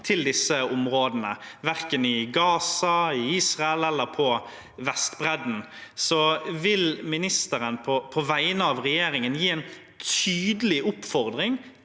til disse områdene, verken i Gaza, i Israel eller på Vestbredden. Vil ministeren på vegne av regjeringen gi en tydelig oppfordring